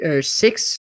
six